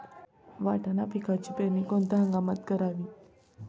वाटाणा पिकाची पेरणी कोणत्या हंगामात करावी?